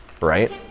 right